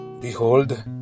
Behold